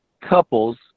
couples